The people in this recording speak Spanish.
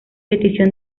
petición